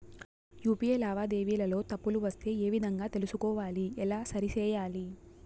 UPI లావాదేవీలలో తప్పులు వస్తే ఏ విధంగా తెలుసుకోవాలి? ఎలా సరిసేయాలి?